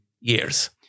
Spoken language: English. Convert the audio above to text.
years